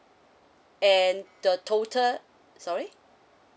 and the total sorry